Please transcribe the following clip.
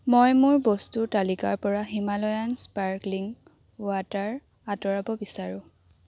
মই মোৰ বস্তুৰ তালিকাৰ পৰা হিমালয়ান স্পাৰ্কলিং ৱাটাৰ আঁতৰাব বিচাৰোঁ